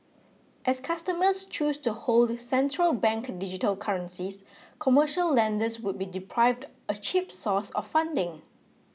as customers choose to hold central bank digital currencies commercial lenders would be deprived of a cheap source of funding